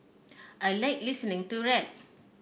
I like listening to rap